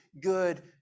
good